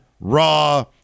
raw